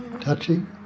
Touching